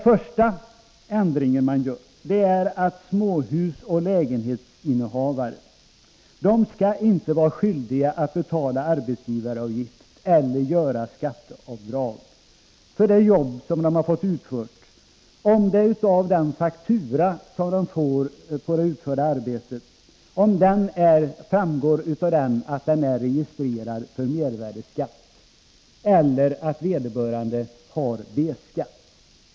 För det första: Småhusoch lägenhetsinnehavare skall inte vara skyldiga att betala arbetsgivaravgift eller att göra skatteavdrag för det arbete som blivit utfört, om det av fakturan för det utförda arbetet framgår att uppdragstagaren är registrerad för mervärdeskatt eller att vederbörande har B-skatt.